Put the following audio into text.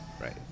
right